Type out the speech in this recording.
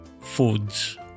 foods